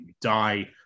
die